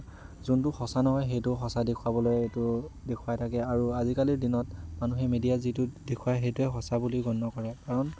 যোনটোক সঁচা নহয় সেইটোক সঁচা দেখুৱাবলৈ সেইটো দেখুৱাই থাকে আৰু আজিকালিৰ দিনত মানুহে মিডিয়াই যিটো দেখুৱাই সেইটোৱে সঁচা বুলি গণ্য কৰে কাৰণ